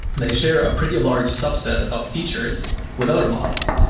they share a pretty large subset of features with other models,